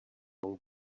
long